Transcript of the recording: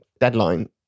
deadline